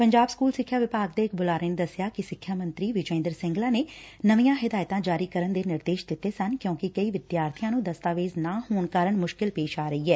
Punjab school ਸਿੱਖਿਆ ਵਿਭਾਗ ਦੇ ਇੱਕ ਬੁਲਾਰੇ ਨੇ ਦੱਸਿਆ ਕਿ ਸਿੱਖਿਆ ਮੰਤਰੀ ਵਿਜੈ ਇੰਦਰ ਸਿੰਗਲਾ ਨੇ ਨਵੀਆਂ ਹਦਾਇਤਾਂ ਜਾਰੀ ਕਰਨ ਦੇ ਨਿਰਦੇਸ਼ ਦਿੱਤੇ ਸਨ ਕਿਊਕਿ ਕਈ ਵਿਦਿਆਰਥੀਆਂ ਨੰ ਦਸਤਾਵੇਜ਼ ਨਾ ਹੋਣ ਕਾਰਨ ਮੁਸ਼ਕਲ ਪੇਸ਼ ਆ ਰਹੀ ਏ